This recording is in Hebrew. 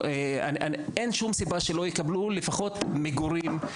אין שום סיבה שהם לא יקבלו לפחות מגורים,